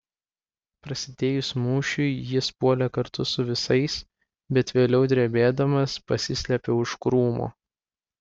prasidėjus mūšiui jis puolė kartu su visais bet vėliau drebėdamas pasislėpė už krūmo